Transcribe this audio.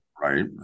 right